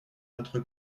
notre